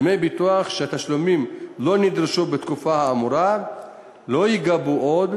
דמי ביטוח שתשלומם לא נדרש בתקופה האמורה לא ייגבו עוד,